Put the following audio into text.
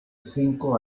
cinco